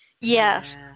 yes